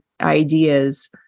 ideas